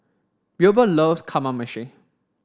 Wilbur loves Kamameshi